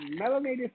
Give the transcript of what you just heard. melanated